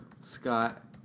Scott